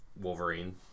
wolverine